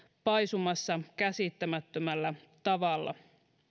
paisumassa käsittämättömällä tavalla